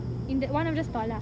in the one of the stall lah